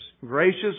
Gracious